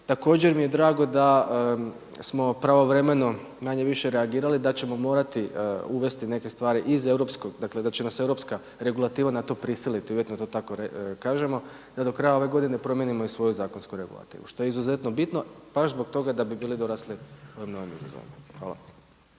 Također mi je drago smo pravovremeno manje-više reagirali da ćemo morati uvesti neke stvari iz europskog, dakle da će nas europska regulativa na to prisiliti uvjetno da to tako kažemo, da do kraja godine promijenimo i svoju zakonsku regulativu što je izuzetno bitno baš zbog toga da bi bili dorasli ovim novim izazovima. Hvala.